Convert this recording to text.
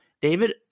David